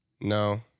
No